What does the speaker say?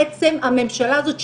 מה בעצם הממשלה הזאת,